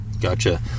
Gotcha